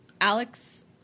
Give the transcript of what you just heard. Alex